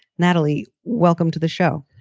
natalie, welcome to the show,